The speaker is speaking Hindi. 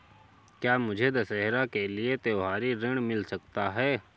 क्या मुझे दशहरा के लिए त्योहारी ऋण मिल सकता है?